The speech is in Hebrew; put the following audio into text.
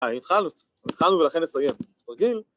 אה התחלנו, התחלנו ולכן נסיים, רגיל